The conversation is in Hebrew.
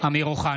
אמיר אוחנה,